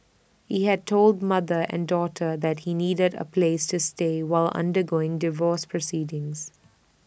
he had told mother and daughter that he needed A place to stay while undergoing divorce proceedings